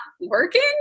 working